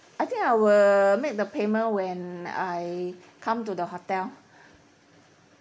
I think I will make the payment when I come to the hotel